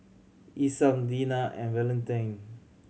Isam Deena and Valentin